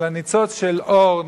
אלא ניצוץ של אור,